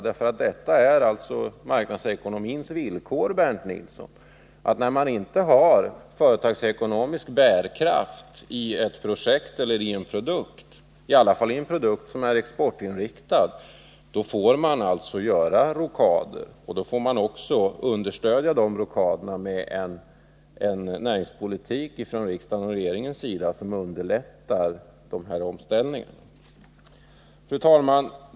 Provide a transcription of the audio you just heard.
Det är marknadsekonomins villkor, Bernt Nilsson, att när man inte har företagsekonomisk bärkraft i ett projekt eller en produkt —i varje fall när det gäller en produkt som är exportinriktad — får man göra rockader. Då får man också understödja de rockaderna med en näringspolitik från riksdagens och regeringens sida som underlättar dessa omställningar. Fru talman!